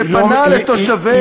שפנה לתושבי,